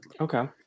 okay